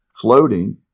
floating